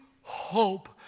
hope